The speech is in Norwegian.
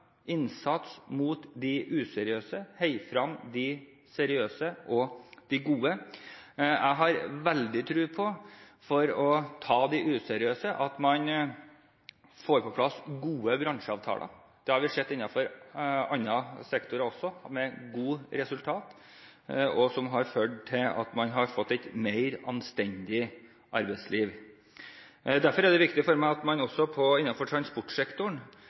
innsats mot de useriøse, og vi ønsker å heie frem de gode og seriøse. Jeg har veldig tro på at man må få på plass gode bransjeavtaler for å ta de useriøse. Det har vi sett innenfor andre sektorer også, med gode resultater. Det har ført til at man har fått et mer anstendig arbeidsliv. Derfor er det viktig for meg at man også innenfor transportsektoren